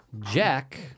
Jack